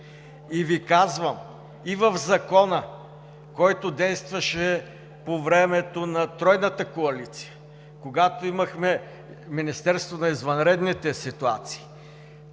и Ви казвам и в Закона, който действаше по времето на Тройната коалиция, когато имахме Министерство на извънредните ситуации,